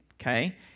okay